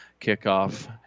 kickoff